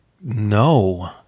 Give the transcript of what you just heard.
no